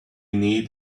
need